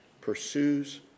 pursues